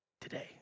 today